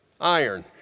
Iron